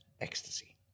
ecstasy